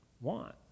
want